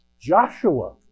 Joshua